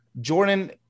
Jordan